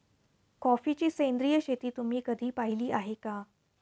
कॉफीची सेंद्रिय शेती तुम्ही कधी पाहिली आहे का?